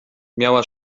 miała